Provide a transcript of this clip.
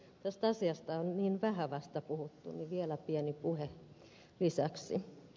tästä asiasta on niin vähän vasta puhuttu että vielä pieni puhe lisäksi